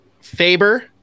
Faber